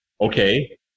Okay